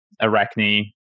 Arachne